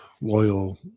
loyal